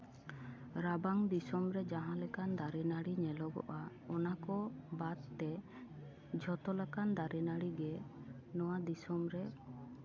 ᱨᱟᱵᱟᱝ ᱫᱤᱥᱚᱢ ᱨᱮ ᱡᱟᱦᱟᱸ ᱞᱮᱠᱟᱱ ᱫᱟᱨᱮ ᱱᱟᱹᱲᱤ ᱧᱮᱞᱚᱜᱚᱜᱼᱟ ᱚᱱᱟ ᱠᱚ ᱵᱟᱥᱛᱮ ᱡᱷᱚᱛᱚ ᱞᱮᱠᱟᱱ ᱫᱟᱨᱮ ᱱᱟᱹᱲᱤ ᱜᱮ ᱱᱚᱣᱟ ᱫᱤᱥᱚᱢ ᱨᱮ